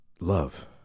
Love